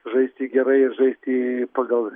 žaisti gerai žaisti pagal